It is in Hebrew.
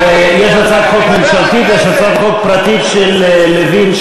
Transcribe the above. יש הצעת חוק ממשלתית ויש הצעת חוק פרטית של לוין,